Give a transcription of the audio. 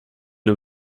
nur